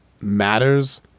matters